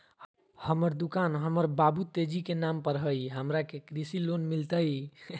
हमर दुकान हमर बाबु तेजी के नाम पर हई, हमरा के कृषि लोन मिलतई?